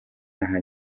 aha